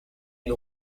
une